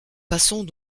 passons